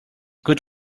good